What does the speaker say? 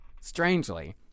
Strangely